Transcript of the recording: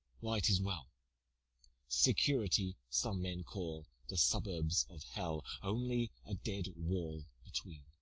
why, tis well security some men call the suburbs of hell, only a dead wall between.